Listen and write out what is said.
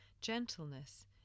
Gentleness